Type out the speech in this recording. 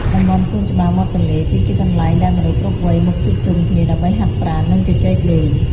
តំបន់សួនច្បារមាត់ទន្លេ គឺជាកន្លែងដែលមនុស្សគ្រប់វ័យមកជួបជុំគ្នាដើម្បីហាត់ប្រាណ និងជជែកលេង។